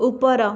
ଉପର